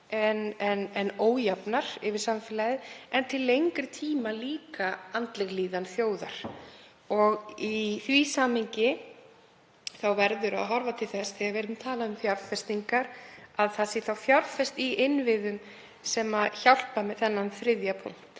en ójafnar yfir samfélagið en til lengri tíma líka andleg líðan þjóðar. Í því samhengi verður að horfa til þess, þegar við erum að tala um fjárfestingar, að fjárfest sé í innviðum sem hjálpa með þennan þriðja punkt,